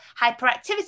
hyperactivity